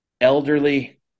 elderly